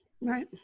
right